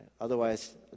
Otherwise